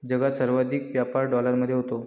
जगात सर्वाधिक व्यापार डॉलरमध्ये होतो